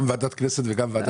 א'